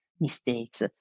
mistakes